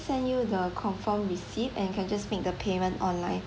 send you the confirm receipt and you can just make the payment online